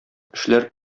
эшләр